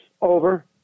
over